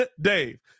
Dave